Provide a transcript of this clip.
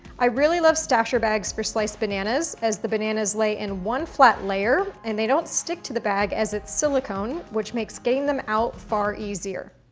i really love stasher bags for sliced bananas, as the bananas lay in one flat layer and they don't stick to the bag, as it's silicone, which makes getting them out far easier.